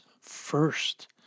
first